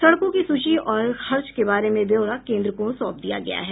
सड़कों की सूची और खर्च के बारे में ब्यौरा केन्द्र को सौंप दिया गया है